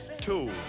two